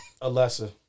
Alessa